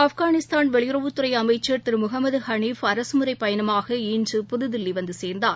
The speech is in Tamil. ஆப்கானிஸ்தான் வெளியுறவுத்துறை அமைச்சர் திரு முகமது ஹளீஃப் அரசமுறைப் பயணமாக இன்று புதுதில்லி வந்து சேர்ந்தார்